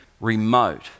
remote